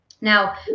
Now